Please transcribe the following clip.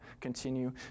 continue